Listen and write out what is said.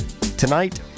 Tonight